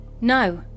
No